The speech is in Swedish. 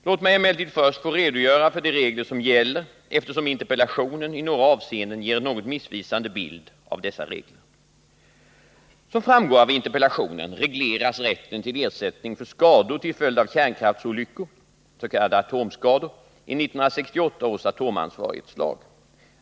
Låt mig emellertid först få redogöra för de regler som gäller, eftersom interpellationen i några avseenden ger en något missvisande bild av dessa regler. Som framgår av interpellationen regleras rätten till ersättning för skador till följd av kärnkraftsolyckor i 1968 års atomansvarighetslag.